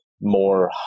more